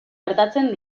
gertatzen